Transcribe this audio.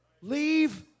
Leave